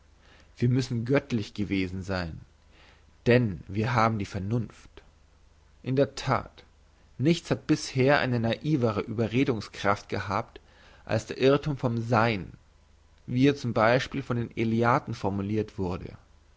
wir müssen göttlich gewesen sein denn wir haben die vernunft in der that nichts hat bisher eine naivere überredungskraft gehabt als der irrthum vom sein wie er zum beispiel von den eleaten formulirt wurde